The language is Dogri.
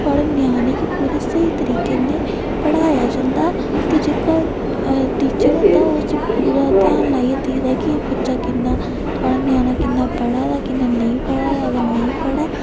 थोआढ़ा न्याने गी पूरे स्हेई तरीके ने पढ़ाया जंदा ते जेह्का टीचर होंदा ओह् पूरा ध्यान लाइयै दिखदा कि एह् बच्चा किन्न थोआढ़ा न्याना किन्ना पढ़ा दा किन्ना नेईं पढ़ा दा अगर नेईं पढ़ै